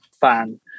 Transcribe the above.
fan